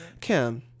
kim